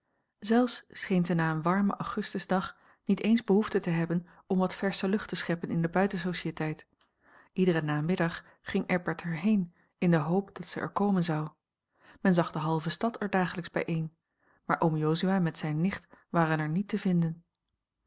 zelfs scheen zij na een warmen augustusdag niet eens behoefte te hebben om wat a l g bosboom-toussaint langs een omweg versche lucht te scheppen in de buitensociëteit iederen namiddag ging eckbert er heen in de hoop dat zij er komen zou men zag de halve stad er dagelijks bijeen maar oom jozua met zijne nicht waren er niet te vinden